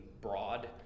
broad